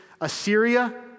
Assyria